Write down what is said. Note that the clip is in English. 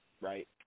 right